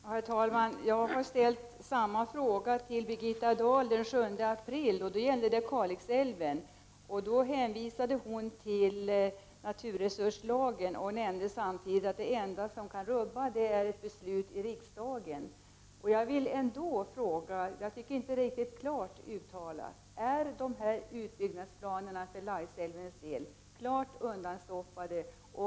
Herr talman! Jag ställde samma fråga till Birgitta Dahl den 7 april och då gällde det Kalixälven. Hon hänvisade till naturresurslagen och nämnde samtidigt att det enda som kan förhindra utbyggnad är ett beslut av riksdagen. Eftersom jag inte fick något klart uttalat besked vill jag därför fråga: Är dessa utbyggnadsplaner för Laisälvens del undanstoppade?